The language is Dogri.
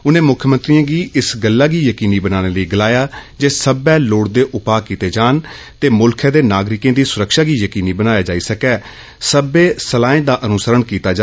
उनै मुक्खमंत्रियें गी इस गल्ला गी जकीनी बनाने लेई गलाया जे सब्बै लोढ़चदे उपा कीते जान ते मुल्खे दे नागरीके दी स्रक्षा गी यकीनी बनाने लेई सब्बै सलायें दा अन्सरन कीता जा